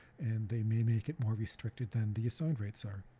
and they may make it more restricted than the assigned rights are.